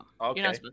Okay